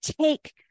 take